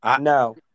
No